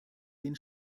den